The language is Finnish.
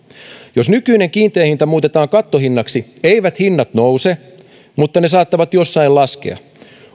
jos nykyinen kiinteä hinta muutetaan kattohinnaksi eivät hinnat nouse mutta ne saattavat jossain laskea